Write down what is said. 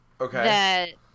Okay